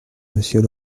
monsieur